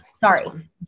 Sorry